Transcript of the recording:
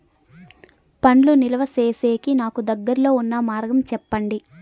పండ్లు నిలువ సేసేకి నాకు దగ్గర్లో ఉన్న మార్గం చెప్పండి?